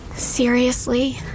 Seriously